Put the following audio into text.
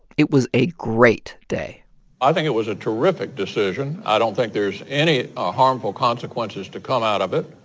it was a great day i think it was a terrific decision. i don't think there's any ah harmful consequences to come out of it.